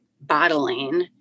bottling